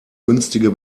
günstige